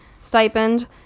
stipend